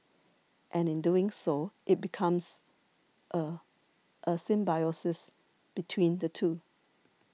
and in doing so it becomes a a symbiosis between the two